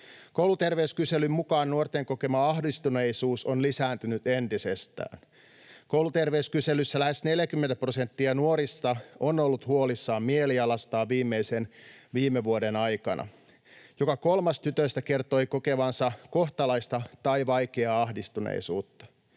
Kouluterveyskyselyn mukaan nuorten kokema ahdistuneisuus on lisääntynyt entisestään. Kouluterveyskyselyssä lähes 40 prosenttia nuorista on ollut huolissaan mielialastaan viimeisen vuoden aikana. Joka kolmas tytöistä kertoi kokevansa kohtalaista tai vaikeaa ahdistuneisuutta.